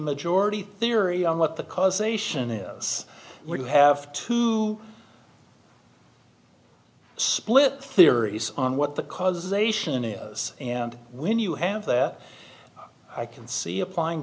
majority theory on what the causation is where you have to split theories on what the causation is and when you have that i can see applying